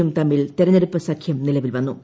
യും തമ്മിൽ തിരഞ്ഞെടുപ്പ് സഖ്യം നിലവിൽ വന്നു